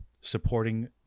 supporting